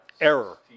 error